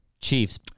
Chiefs